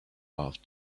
off